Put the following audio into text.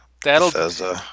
That'll